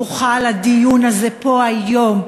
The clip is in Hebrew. בוכה על הדיון הזה פה היום,